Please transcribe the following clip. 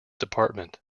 department